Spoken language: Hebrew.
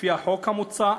לפי החוק המוצע?